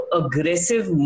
aggressive